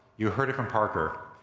you heard it from parker.